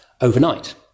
overnight